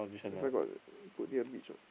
that's why got put here beach [what]